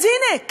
אז הנה,